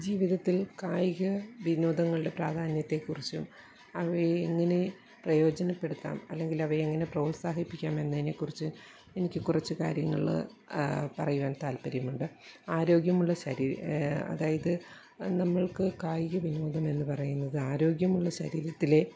ജീവിതത്തിൽ കായിക വിനോദങ്ങളുടെ പ്രാധാന്യത്തെക്കുറിച്ച് അവയെ എങ്ങനെ പ്രയോജനപ്പെടുത്താം അല്ലെങ്കിലവയെ എങ്ങനെ പ്രോത്സാഹിപ്പിക്കാം എന്നതിനെക്കുറിച്ച് എനിക്ക് കുറച്ചു കാര്യങ്ങൾ പറയുവാൻ താല്പര്യമുണ്ട് ആരോഗ്യമുള്ള ശരീ അതായത് നമ്മൾക്ക് കായികവിനോദമെന്ന് പറയുന്നത് ആരോഗ്യമുള്ള ശരീരത്തിലേ